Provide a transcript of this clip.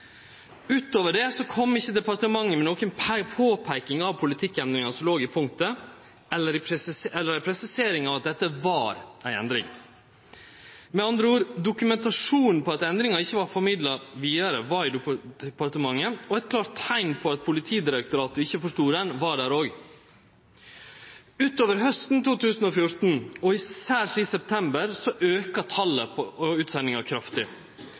Utover det kom ikkje departementet med noka påpeiking av politikkendringa som låg i punktet, eller ei presisering av at dette var ei endring. Med andre ord: Dokumentasjonen på at endringa ikkje var formidla vidare, var i departementet, og eit klart teikn på at Politidirektoratet ikkje forstod ho, var der òg. Utover hausten 2014, og særleg i september, aukar talet på utsendingar kraftig.